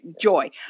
joy